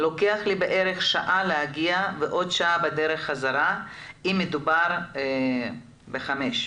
אם הייתה הפלה, אם ילד נולד עם איזה שהוא מום,